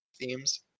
themes